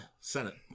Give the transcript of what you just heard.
Senate